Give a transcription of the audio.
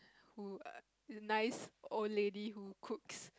who err nice old lady who cooks